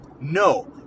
No